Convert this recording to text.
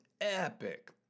epic